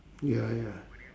ya ya